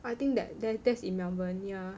I think that that's in Melbourne yeah